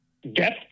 Death